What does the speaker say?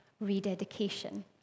rededication